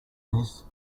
this